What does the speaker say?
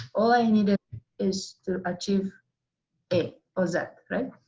all i need ah is to achieve a or z, right?